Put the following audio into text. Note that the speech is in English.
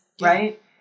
right